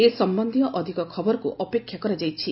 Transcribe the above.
ଏ ସମ୍ପନ୍ଧୀୟ ଅଧିକ ଖବରକୁ ଅପେକ୍ଷା କରାଯାଇଛି